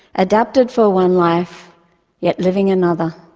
adapted for one life yet living another.